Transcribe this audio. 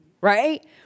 right